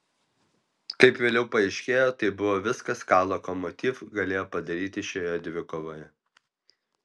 kaip vėliau paaiškėjo tai buvo viskas ką lokomotiv galėjo padaryti šioje dvikovoje